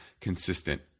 consistent